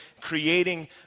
creating